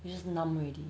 you just numb already